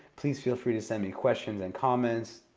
please feel free to send me questions and comments.